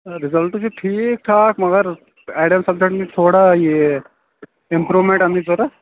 result چھُ ٹھیٖک ٹھاکھ مَگر أڈیٚن سَبجیکٹن چھُ تھوڑا یہِ اِمپرٛومینٛٹ اننٕچ ضروٗرت